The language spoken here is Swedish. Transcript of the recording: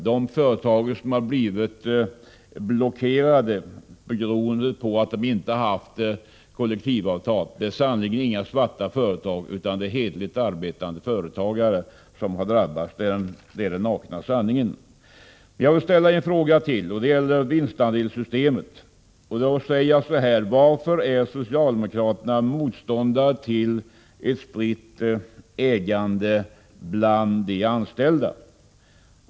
De företag som blockerats på grund av att de inte haft kollektivavtal är sannerligen inte några svarta företag, utan det är företag som drivs av hederligt arbetande företagare. Det är den nakna sanningen. Men jag vill som sagt ställa ytterligare en fråga, och den gäller vinstandelssystemet. Varför är socialdemokraterna motståndare till att ägandet sprids bland de anställda?